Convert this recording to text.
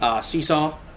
Seesaw